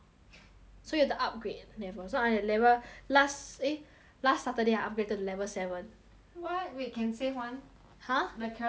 so you've to upgrade level so I'm at level last eh last saturday I upgraded to level seven [what] wait can save [one] !huh! the character can be saved ah